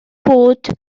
bod